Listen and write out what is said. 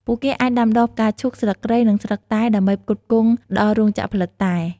ពួកគេអាចដាំដុះផ្កាឈូក ស្លឹកគ្រៃ និងស្លឹកតែដើម្បីផ្គត់ផ្គង់ដល់រោងចក្រផលិតតែ។